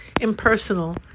impersonal